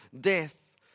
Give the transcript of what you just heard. death